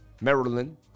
Maryland